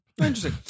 interesting